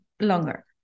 longer